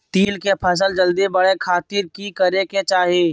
तिल के फसल जल्दी बड़े खातिर की करे के चाही?